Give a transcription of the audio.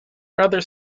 rather